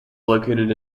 located